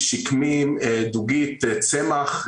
שינויים תקציבים לשנת 2021,